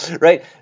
right